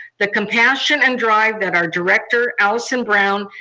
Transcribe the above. the compassion and drive that our director, alison brown,